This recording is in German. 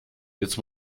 jetzt